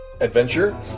adventure